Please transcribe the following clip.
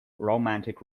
romantic